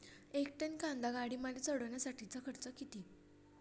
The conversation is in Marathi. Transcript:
एक टन कांदा गाडीमध्ये चढवण्यासाठीचा किती खर्च आहे?